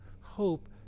hope